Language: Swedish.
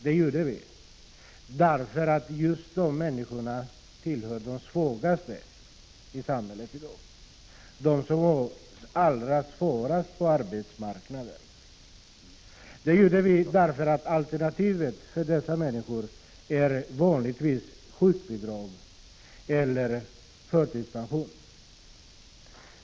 Det gjorde vi därför att just de människorna tillhör de svagaste i samhället i dag, de som har det allra svårast på arbetsmarknaden. Det gjorde vi därför att alternativet för dessa människor vanligtvis är sjukbidrag eller förtidspension.